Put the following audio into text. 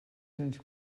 cents